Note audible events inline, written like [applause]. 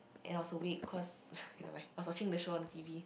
when I was awake cause [noise] you know why I was watching the show on T_V